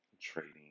trading